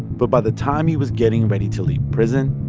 but by the time he was getting ready to leave prison,